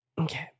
Okay